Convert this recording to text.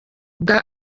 bwa